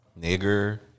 nigger